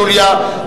משרד התעשייה,